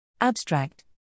Abstract